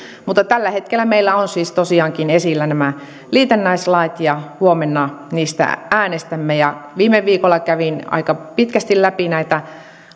mutta tällä hetkellä meillä on on siis tosiaankin esillä nämä liitännäislait ja huomenna niistä äänestämme viime viikolla kävin aika pitkästi läpi näitä